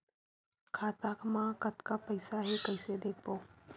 खाता मा कतका पईसा हे कइसे देखबो?